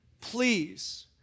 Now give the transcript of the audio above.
please